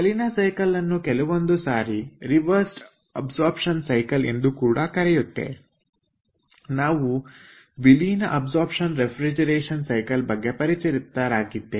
ಕಲೀನಾ cycle ಅನ್ನು ಕೆಲವೊಂದು ಸಾರಿ ರಿವರ್ಸ್ ಅಬ್ಸೊರ್ಪ್ಶನ ಸೈಕಲ್ ಎಂದು ಕೂಡ ಕರೆಯುತ್ತೇವೆ ನಾವು ವಿಲೀನ ಅಬ್ಸೊರ್ಪ್ಶನ ರೆಫ್ರಿಜರೇಷನ್ ಸೈಕಲ್ ಬಗ್ಗೆ ಪರಿಚಿತರಾಗಿದ್ದೇವೆ